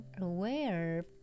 aware